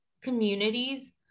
communities